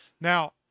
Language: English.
Now